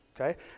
okay